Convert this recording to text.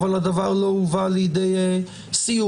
אבל הדבר לא הובא לידי סיום.